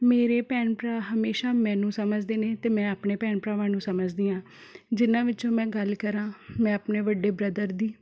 ਮੇਰੇ ਭੈਣ ਭਰਾ ਹਮੇਸ਼ਾ ਮੈਨੂੰ ਸਮਝਦੇ ਨੇ ਅਤੇ ਮੈਂ ਆਪਣੇ ਭੈਣ ਭਰਾਵਾਂ ਨੂੰ ਸਮਝਦੀ ਹਾਂ ਜਜਿਨ੍ਹਾਂ ਵਿੱਚੋਂ ਮੈਂ ਗੱਲ ਕਰਾਂ ਮੈਂ ਆਪਣੇ ਵੱਡੇ ਬ੍ਰਦਰ ਦੀ